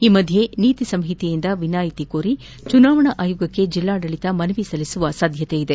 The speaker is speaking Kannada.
ಈ ಮಧ್ಯೆ ನೀತಿ ಸಂಹಿತೆಯಿಂದ ವಿನಾಯಿತಿ ಕೋರಿ ಚುನಾವಣಾ ಆಯೋಗಕ್ಕೆ ಜಿಲ್ಲಾ ಆಡಳಿತ ಮನವಿ ಸಲ್ಲಿಸುವ ಸಾಧ್ಯತೆ ಇದೆ